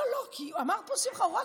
אמר פה שמחה רוטמן,